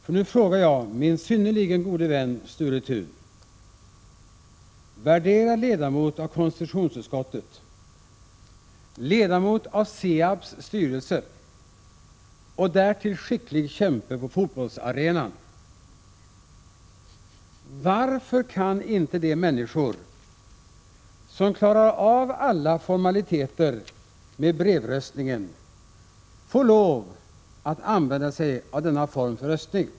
Jag frågar min synnerligen gode vän Sture Thun, värderad ledamot av konstitutionsutskottet, ledamot av SEAB:s styrelse och därtill skicklig kämpe på fotbollsarenan: Varför kan inte de människor som klarar av alla formaliteter med brevröstningen få lov att använda sig av denna form för röstning?